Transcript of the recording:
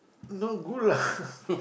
not good lah